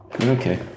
okay